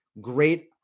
great